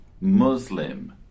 Muslim